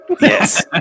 Yes